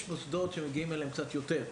ישנם מוסדות שמגיעים אליהם קצת יותר.